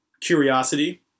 curiosity